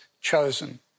chosen